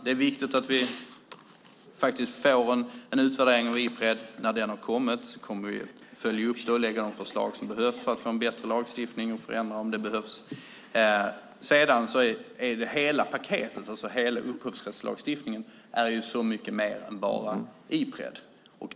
Det är viktigt att vi får en utvärdering av Ipred. När den har kommit kommer vi att följa upp den och lägga fram de förslag som behövs för att få en bättre lagstiftning och förändra om det behövs. Hela paketet och hela upphovsrättslagstiftningen är så mycket mer än bara Ipred.